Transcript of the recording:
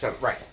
right